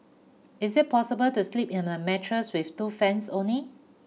is it possible to sleep in a mattress with two fans only